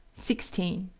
sixteen.